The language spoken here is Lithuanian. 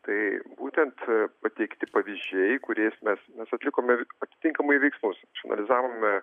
tai būtent pateikti pavyzdžiai kuriais mes nesutikome atitinkamai veiksmus išanalizavome